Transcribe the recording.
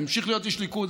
אני אמשיך להיות איש ליכוד.